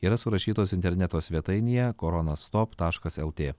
yra surašytos interneto svetainėje koronastop taškas lt